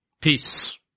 peace